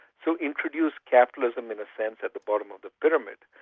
so introduce capitalism in a sense at the bottom of the pyramid.